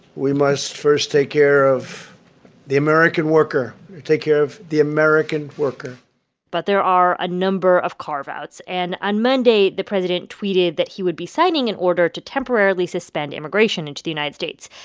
we must first take care of the american worker take care of the american worker but there are a number of carve outs. and on monday, the president tweeted that he would be signing an order to temporarily suspend immigration into the united states.